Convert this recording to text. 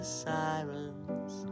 sirens